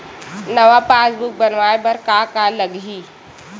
नवा पासबुक बनवाय बर का का लगही?